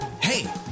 Hey